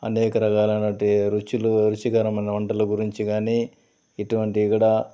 అనేక రకాలనువంటి రుచులు రుచికరమైన వంటల గురించి కానీ ఇటువంటి కూడా